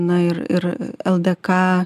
na ir ir ldk